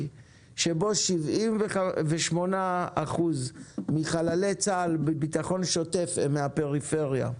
שבו 78% מחללי צה"ל בביטחון שוטף הם מהפריפריה.